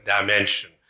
dimension